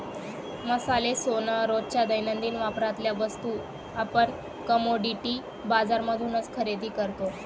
मसाले, सोन, रोजच्या दैनंदिन वापरातल्या वस्तू आपण कमोडिटी बाजार मधूनच खरेदी करतो